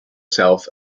self